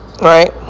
Right